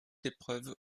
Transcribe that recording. épreuves